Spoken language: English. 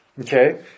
Okay